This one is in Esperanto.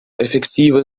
efektive